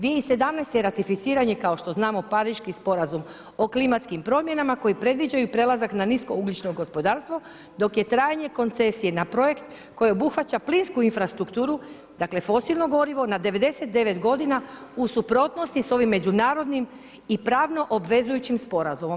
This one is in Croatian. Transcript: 2017. ratificiran je, kao što znamo, Pariški sporazum o klimatskim promjenama koji predviđaju prelazak na niskougljično gospodarstvo, dok je trajanje koncesije na projekt koji obuhvaća plinsku infrastrukturu, dakle fosilno gorivo na 99 godina, u suprotnosti s ovim međunarodnim i pravno obvezujućim sporazumom.